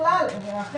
אם יש